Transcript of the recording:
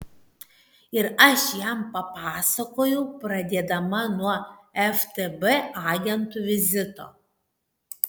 ir aš jam papasakojau pradėdama nuo ftb agentų vizito